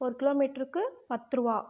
ஒரு கிலோமீட்டருக்கு பத்துரூபா